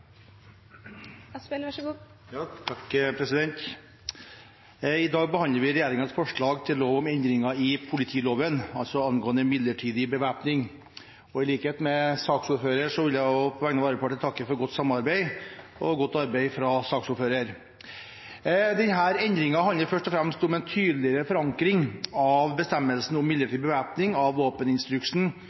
I dag behandler vi regjeringens forslag til lov om endringer i politiloven, angående midlertidig bevæpning. I likhet med saksordføreren vil jeg på vegne av Arbeiderpartiet, takke for godt samarbeid og godt arbeid fra saksordførerens side. Denne endringen handler først og fremst om en tydeligere forankring av bestemmelsen om midlertidig bevæpning, av våpeninstruksen